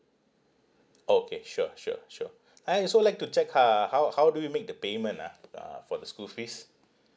okay sure sure sure I also like to check h~ uh how how do you make the payment ah uh for the school fees